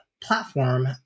platform